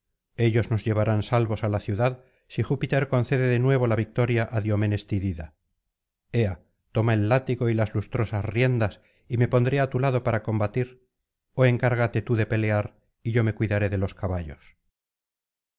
ellos nos llevarán salvos á la ciudad si júpiter concede de nuevo la victoria á diomedes tidida ea toma el látigo y las lustrosas riendas y me pondré á tu lado para combatir ó encárgate tú de pelear y yo me cuidaré de los caballos